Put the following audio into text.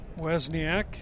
Wesniak